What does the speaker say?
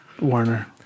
Warner